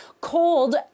cold